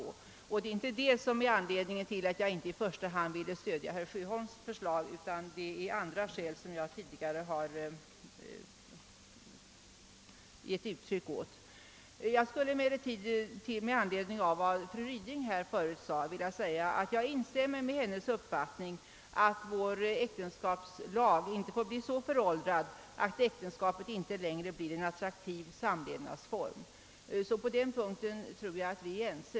Det är alltså inte någon negativ inställning härvidlag som är anledning till att jag inte i första hand ville stödja herr Sjöholms förslag, utan det är andra skäl som jag tidigare redovisat. Jag instämmer i fru Rydings uppfattning att vår äktenskapslag inte får bli så föråldrad, att äktenskapet inte längre blir en attraktiv samlevnadsform. På den punkten torde vi alltså vara ense.